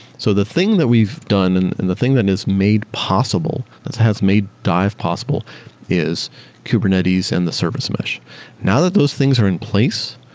so the thing that we've done and and the thing that is made possible, that has made dive possible is kubernetes and the service mesh now that those things are in place,